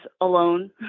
alone